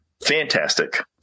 Fantastic